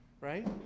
Right